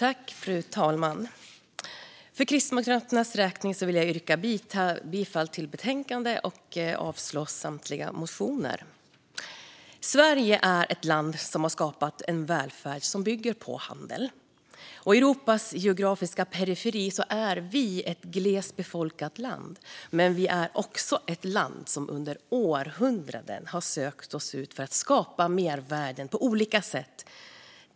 Fru talman! För Kristdemokraternas räkning vill jag yrka bifall till förslaget i betänkandet och avslag på samtliga motioner. Sverige är ett land som har skapat en välfärd som bygger på handel. Vi är ett glest befolkat land i Europas geografiska periferi, men vi är också ett land som under århundraden har sökt oss ut för att skapa mervärden på olika sätt.